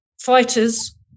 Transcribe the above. fighters